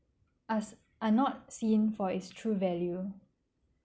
us I'm not seeing for its true value